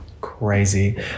crazy